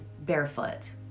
barefoot